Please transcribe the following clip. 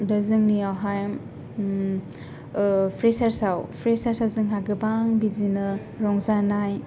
दा जोंनियावहाय ओ फ्रेसार्सावहाय फ्रेसार्सावहाय गोबां रंजानाय